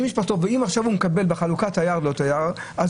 זה